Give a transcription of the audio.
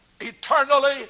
eternally